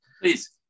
Please